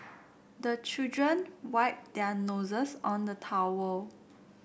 the children wipe their noses on the towel